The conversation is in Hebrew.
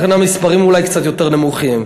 לכן המספרים אולי קצת יותר נמוכים.